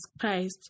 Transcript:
Christ